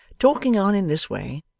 talking on in this way,